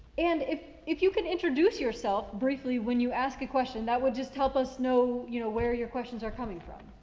and if if you can introduce yourself briefly when you ask a question that would just help us know you know where your questions are coming from.